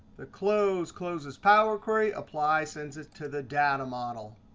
the close closes power query. apply sends it to the data model.